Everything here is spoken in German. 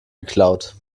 geklaut